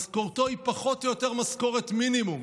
משכורתו היא פחות או יותר משכורת מינימום,